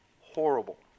horrible